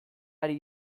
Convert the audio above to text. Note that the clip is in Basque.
ari